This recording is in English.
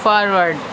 forward